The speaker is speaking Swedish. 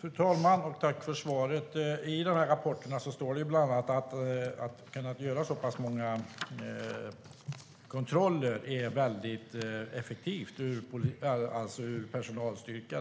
Fru talman! Jag tackar för detta svar. I rapporterna står det bland annat att det är mycket effektivt med tanke på personal att kunna göra så pass många kontroller.